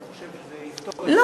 אני חושב שזה יפתור את הבעיה.